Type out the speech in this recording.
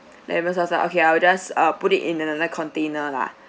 lemon sauce ah okay I will just uh put it in in another container lah